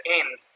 end